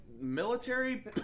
military